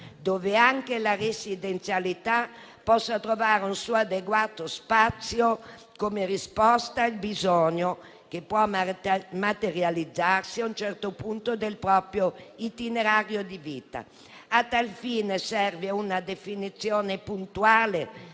dove anche la residenzialità possa trovare un suo adeguato spazio come risposta al bisogno che può materializzarsi a un certo punto del proprio itinerario di vita. A tal fine, serve una definizione puntuale